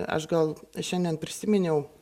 aš gal šiandien prisiminiau